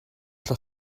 thla